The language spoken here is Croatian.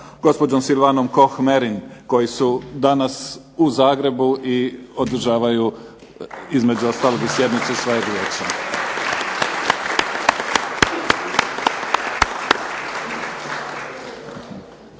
gospođom Silvanom Koh Merin koji su danas u Zagrebu i održavaju između ostalog i sjednicu svojeg vijeća.